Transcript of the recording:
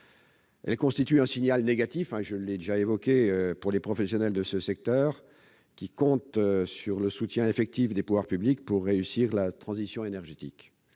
Elles constituent un signal négatif pour les professionnels de ces secteurs, qui comptent sur le soutien effectif des pouvoirs publics pour réussir la transition énergétique.